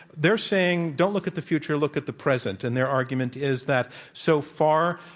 they're saying, don't look at the future. look at the present. and their argument is that so far,